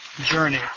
journey